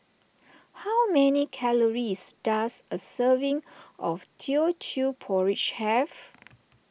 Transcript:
how many calories does a serving of Teochew Porridge have